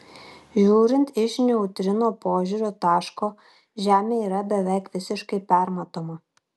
žiūrint iš neutrino požiūrio taško žemė yra beveik visiškai permatoma